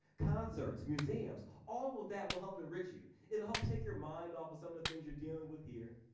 concerts, museums, all of that will help to enrich you. it'll help take your mind off of some of the things you're dealing with here,